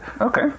Okay